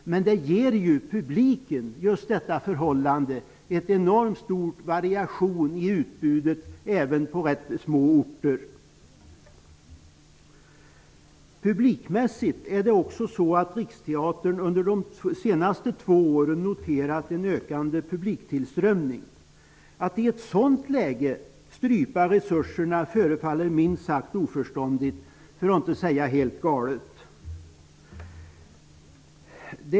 Men det ger ju publiken en enormt stor variation av utbudet även på ganska små orter. Publikmässigt har Riksteatern under senaste två åren noterat en ökande tillströmning. Att i ett sådant läge strypa resurserna förefaller minst sagt oförståndigt, för att inte säga helt galet.